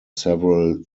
several